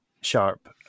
Sharp